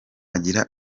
agira